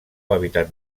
hàbitat